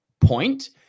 point